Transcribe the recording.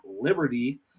Liberty